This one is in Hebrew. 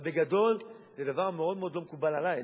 אבל בגדול זה דבר שמאוד מאוד לא מקובל עלי,